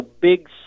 Big